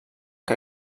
que